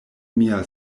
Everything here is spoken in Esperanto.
mia